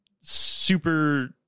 super